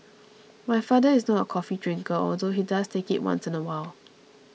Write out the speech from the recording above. my father is not a coffee drinker although he does take it once in a while